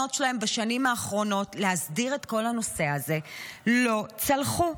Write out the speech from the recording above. הניסיונות שלהם בשנים האחרונות להסדיר את כל הנושא הזה לא צלחו.